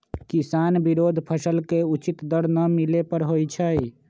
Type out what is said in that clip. किसान विरोध फसल के उचित दर न मिले पर होई छै